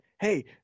hey